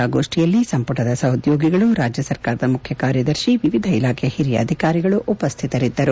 ಪತ್ರಿಕಾಗೋಷ್ಠಿಯಲ್ಲಿ ಸಂಪುಟದ ಸಹೊದ್ಯೋಗಿಗಳು ರಾಜ್ಯ ಸರ್ಕಾರದ ಮುಖ್ಯ ಕಾರ್ಯದರ್ಶಿ ವಿವಿಧ ಇಲಾಖೆಯ ಹಿರಿಯ ಅಧಿಕಾರಿಗಳು ಉಪಸ್ಟಿತರಿದ್ದರು